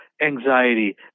anxiety